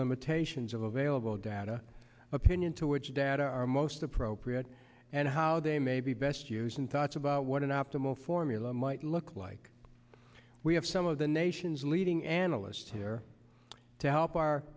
limitations of available data opinion to which data are most appropriate and how they may be best used in thoughts about what an optimal formula might look like we have some of the nation's leading analysts here to help our